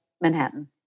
Manhattan